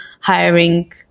hiring